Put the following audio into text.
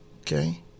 Okay